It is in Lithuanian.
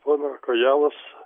pono kojalos